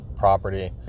property